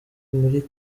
muri